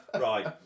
right